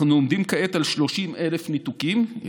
אנחנו עומדים כעת על 30,858 ניתוקים,